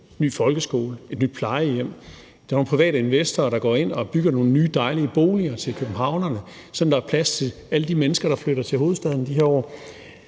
ny folkeskole eller et nyt plejehjem eller der er nogle private investorer, der går ind og bygger nogle nye, dejlige boliger til københavnerne, sådan at der er plads til alle de mennesker, der flytter til hovedstaden i de her år,